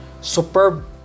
superb